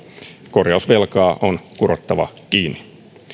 korjausvelkaa on kurottava kiinni